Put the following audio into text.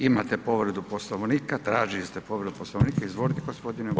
Imate povredu Poslovnika, tražili ste povredu Poslovnika, izvolite g. Bulj.